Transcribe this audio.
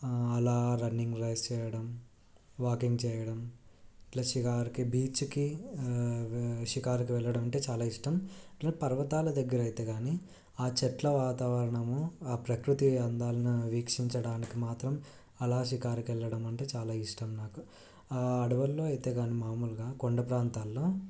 అలా running race చేయడం walking చేయడం ప్లస్ ఇక ఆడికి బీచ్కి షికారుకి వెళ్ళడం అంటే చాలా ఇష్టం పర్వతాల దగ్గర అయితే కానీ ఆ చెట్ల వాతావరణము ఆ ప్రకృతి అందాలను వీక్షించడానికి మాత్రం అలా షికారుకి వెళ్ళడం అంటే చాలా ఇష్టం నాకు అడవుల్లో అయితే కానీ మాములుగా కొండ ప్రాంతాల్లో